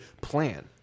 plan